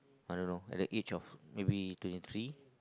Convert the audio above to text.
I don't know at the age of maybe twenty three